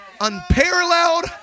unparalleled